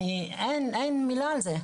אני לא חולקת על זה,